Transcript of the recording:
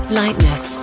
lightness